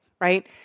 right